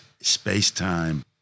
space-time